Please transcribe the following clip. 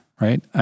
right